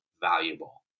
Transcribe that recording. valuable